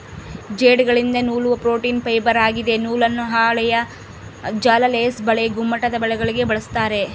ಜೇಡಗಳಿಂದ ನೂಲುವ protein fibre ಆಗಿದೆ ನೂಲನ್ನು ಹಾಳೆಯ ಜಾಲ ಲೇಸ್ ಬಲೆ ಗುಮ್ಮಟದಬಲೆಗಳಿಗೆ ಬಳಸ್ತಾರ